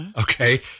Okay